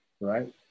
right